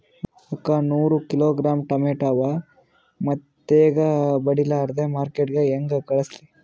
ಅಕ್ಕಾ ನೂರ kilogram tomato ಅವ, ಮೆತ್ತಗಬಡಿಲಾರ್ದೆ ಮಾರ್ಕಿಟಗೆ ಹೆಂಗ ಕಳಸಲಿ?